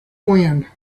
wind